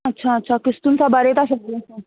अच्छा अच्छा क़िस्तुनि सां भरे था सघूं असां